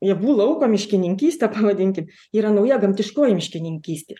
javų lauko miškininkystę pavadinkim yra nauja gamtiškoji miškininkystė